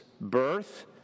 birth